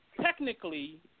Technically